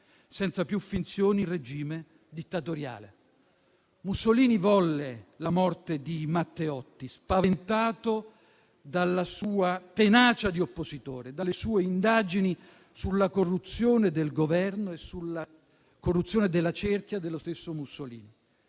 senza più finzioni, il regime dittatoriale. Mussolini volle la morte di Matteotti, spaventato dalla sua tenacia di oppositore e dalle sue indagini sulla corruzione del Governo e della cerchia dello stesso Mussolini.